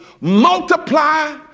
multiply